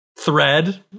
thread